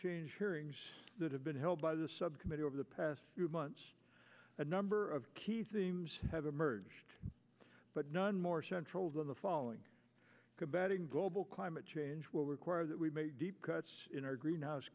change hearings that have been held by the subcommittee over the past few months a number of key themes have emerged but none more central than the following combating global climate change will require that we make deep cuts in our greenhouse